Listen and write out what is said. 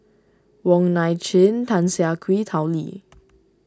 Wong Nai Chin Tan Siah Kwee Tao Li